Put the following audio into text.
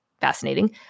fascinating